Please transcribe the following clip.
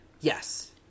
Yes